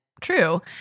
true